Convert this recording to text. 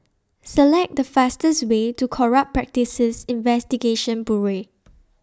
Select The fastest Way to Corrupt Practices Investigation Bureau